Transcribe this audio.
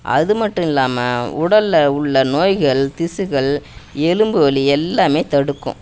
அது மட்டும் இல்லாமல் உடலில் உள்ள நோய்கள் திசுகள் எலும்பு வலி எல்லாமே தடுக்கும்